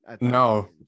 no